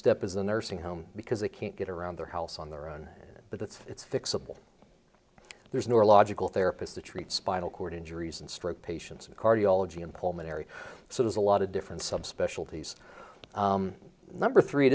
step is the nursing home because they can't get around their house on their own but it's fixable there's no logical therapist to treat spinal cord injuries and stroke patients and cardiology and pulmonary so there's a lot of different subspecialties number three